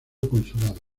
consulado